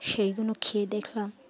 সেইগুলো খেয়ে দেখলাম